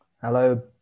Hello